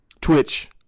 Twitch